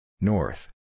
North